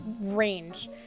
range